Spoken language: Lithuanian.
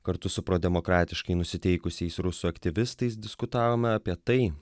kartu su prodemokratiškai nusiteikusiais rusų aktyvistais diskutavome apie tai